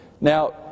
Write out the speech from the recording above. Now